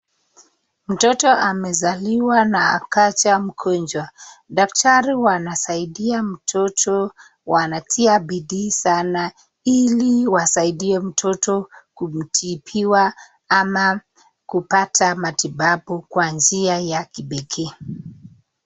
Mtoto amezaliwa na akaanza mgonjwa. Dakitari wanasaidia mtoto wanatia bidii sana ili wasaidie mtoto kutibiwa ama kupata matibabu kwa njia ya kipekee.